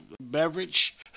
beverage